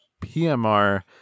PMR